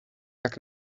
jak